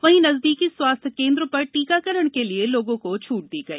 वहीं नजदीकी स्वास्थ्य केन्द्र पर टीकाकरण के लिए लोगों को छूट दी गई